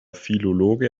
philologe